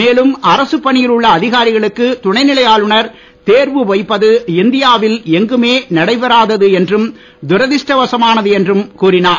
மேலும் அரசுப் பணியில் உள்ள அதிகாரிகளக்கு துணைநிலை ஆளுனர் தேர்வ வைப்பது இந்தியா வில் எங்குமே நடைபெறாத்து என்றும் துரதிருஷ்ட வசமானது என்றும் கூறினார்